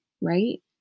right